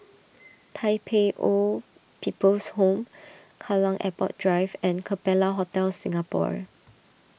Tai Pei Old People's Home Kallang Airport Drive and Capella Hotel Singapore